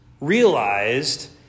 realized